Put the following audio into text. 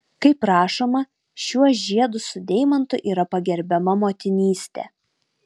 kaip rašoma šiuo žiedu su deimantu yra pagerbiama motinystė